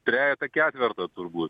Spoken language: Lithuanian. trejetą ketvertą turbūt